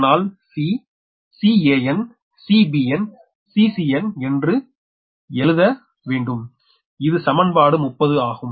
ஆனால் C CanCbnCcn என்று எழுத வேண்டும் இது சமன்பாடு 30 ஆகும்